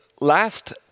last